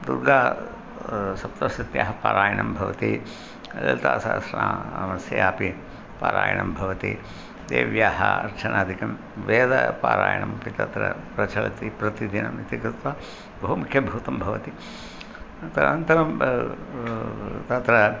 दुर्गासप्तशत्याः पारायणं भवति ललितासहस्रनामस्यापि पारायणं भवति देव्याः अर्चनादिकं वेदपारायणमपि तत्र प्रचलति प्रतिदिनम् इति कृत्वा बहुमुख्यभूतं भवति तदनन्तरं तत्र